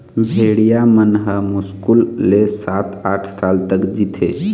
भेड़िया मन ह मुस्कुल ले सात, आठ साल तक जीथे